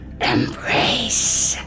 Embrace